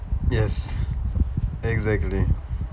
yes exactly